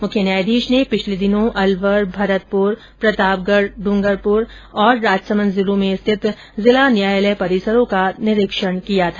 मुख्य न्यायाधीश ने पिछले दिनों अलवर भरतपुर प्रतापगढ़ ड्रंगरपुर और राजसमंद जिलों में स्थित जिला न्यायालय परिसरों का निरीक्षण किया था